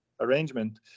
arrangement